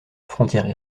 frontière